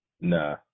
Nah